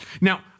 Now